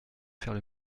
faire